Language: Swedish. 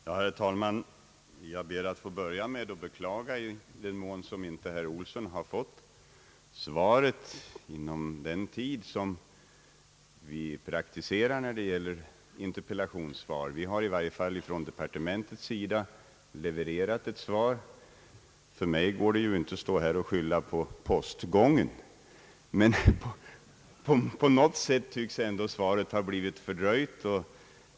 Herr talman! Jag ber att få börja med att beklaga att herr Johan Olsson inte har fått svaret inom den tid som vi praktiserar när det gäller interpellationssvar. Vi har i varje fall från departementets sida levererat ett svar. För mig går det ju inte att stå här och skylla på postgången, men på något sätt tycks svaret ändå ha blivit fördröjt.